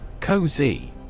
Cozy